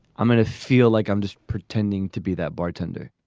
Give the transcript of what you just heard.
i'm going to feel like i'm just pretending to be that bartender.